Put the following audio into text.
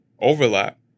overlap